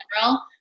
general